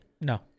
No